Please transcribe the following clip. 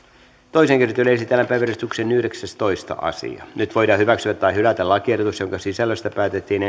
toiseen käsittelyyn esitellään päiväjärjestyksen yhdeksästoista asia nyt voidaan hyväksyä tai hylätä lakiehdotus jonka sisällöstä päätettiin